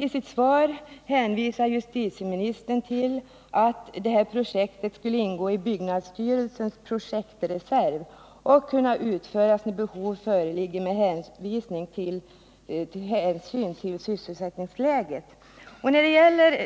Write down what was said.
I sitt svar hänvisar justitieministern till att ”projektet skulle ingå i byggnadsstyrelsens projektreserv och således kunna utföras när behov föreligger med hänsyn till sysselsättningsläget”.